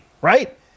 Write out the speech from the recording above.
right